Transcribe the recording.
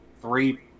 three